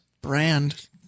brand